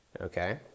okay